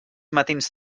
matins